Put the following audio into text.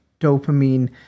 dopamine